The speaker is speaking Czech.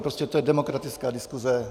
Prostě to je demokratická diskuse.